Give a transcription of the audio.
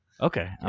Okay